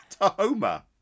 Tahoma